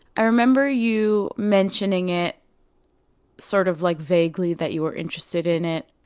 i remember you mentioning it sort of like vaguely, that you were interested in it.